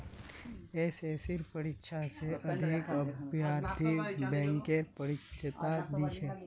एसएससीर परीक्षा स अधिक अभ्यर्थी बैंकेर परीक्षा दी छेक